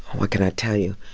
what can i tell you?